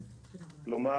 כלומר,